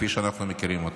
כפי שאנחנו מכירים אותה.